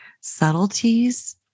subtleties